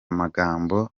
magambo